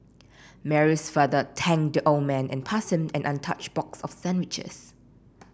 Mary's father thanked the old man and passed him an untouched box of sandwiches